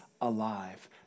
alive